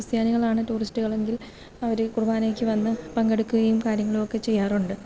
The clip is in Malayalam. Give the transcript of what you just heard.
ക്രിസ്ത്യാനികളാണ് ടൂറിസ്റ്റുകളെങ്കിൽ അവര് കുർബാനയ്ക്കു വന്ന് പങ്കെടുക്കുകയും കാര്യങ്ങളുമൊക്കെ ചെയ്യാറുണ്ട്